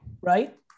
right